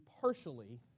partially